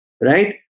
right